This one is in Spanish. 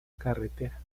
carretera